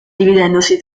dividendosi